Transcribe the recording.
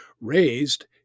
raised